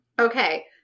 Okay